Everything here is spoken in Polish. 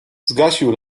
zgasił